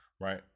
right